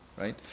right